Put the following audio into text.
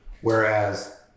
Whereas